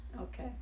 Okay